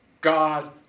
God